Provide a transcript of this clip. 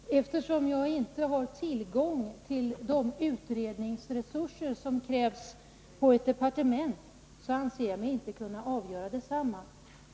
Fru talman! Eftersom jag inte har tillgång till de utredningsresurser som krävs och som man har på ett departement anser jag mig inte kunna svara på den frågan.